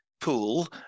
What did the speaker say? pool